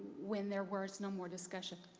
when there was no more discussion,